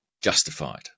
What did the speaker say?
justified